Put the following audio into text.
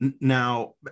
Now